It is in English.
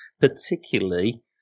particularly